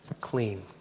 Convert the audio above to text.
clean